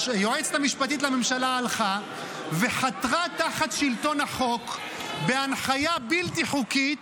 היועצת המשפטית לממשלה הלכה וחתרה תחת שלטון החוק בהנחיה בלתי חוקית,